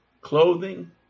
clothing